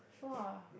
!wah!